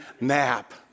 nap